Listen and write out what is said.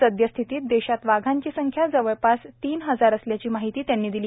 सद्य स्थितीत देशात वाघांची संख्या जवळपास तीन हजार असल्याची माहिती त्यांनी दिली